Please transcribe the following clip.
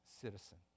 citizen